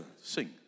Sing